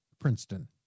Princeton